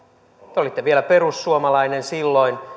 te olitte vielä perussuomalainen silloin